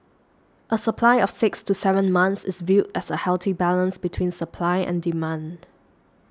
a supply of six to seven months is viewed as a healthy balance between supply and demand